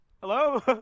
Hello